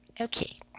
Okay